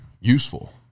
useful